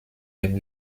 dem